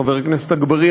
חבר הכנסת אגבאריה,